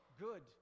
good